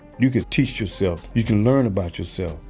you can teach yourself you can learn about yourself.